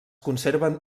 conserven